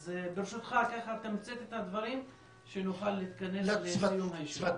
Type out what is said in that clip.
אז ברשותך תמצת את הדברים שנוכל להתכנס לסיום הישיבה.